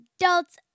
adults